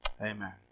amen